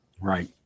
Right